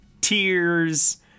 tears